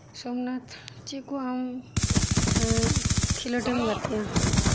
ᱥᱚᱢᱱᱟᱛᱷ ᱪᱮᱫᱠᱩ ᱟᱢ ᱠᱷᱤᱞᱟᱹᱴᱮᱢ ᱜᱟᱛᱤᱜᱼᱟ